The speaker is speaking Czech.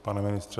Pane ministře.